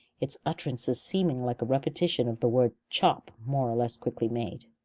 its utterances seeming like a repetition of the word chop more or less quickly made.